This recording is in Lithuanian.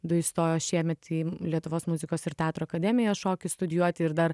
du įstojo šiemet į lietuvos muzikos ir teatro akademiją šokį studijuoti ir dar